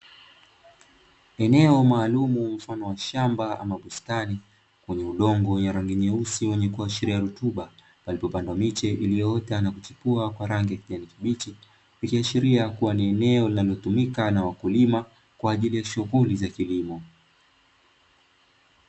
Eneo maalumu mfano wa shamba ama bustani wenye udongo wa rangi nyeusi wenye kuashiria rutuba, palipopandwa miche ilioota na kuchipua kwa rangi ya kijani kibichi ikiashiria kua ni eneo linalotumika na wakulima kwa ajili ya shughuli za kilimo.